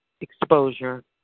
exposure